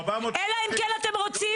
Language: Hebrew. אלא אם כן אתם רוצים